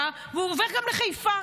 הוא עובר לבאר שבע והוא עובר גם לחיפה.